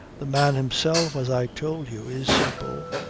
the man himself, as i told you, is simple,